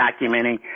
documenting